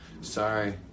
Sorry